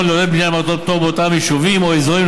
לעודד בנייה למטרות הפטור באותם יישובים או אזורים,